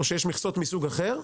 או שיש מכסות מסוג אחר,